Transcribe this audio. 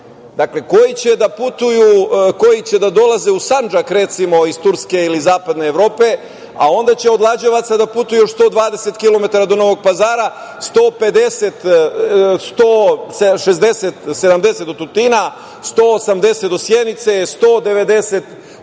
vani, koji će da putuju, koji će da dolaze u Sandžak recimo iz Turske ili iz zapadne Evrope, a onda će od Lađevaca da putuje još 120 kilometara do Novog Pazara, 160/170 do Tutina, 180 do Sjenice, 190,